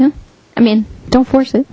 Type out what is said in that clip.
yeah i mean don't force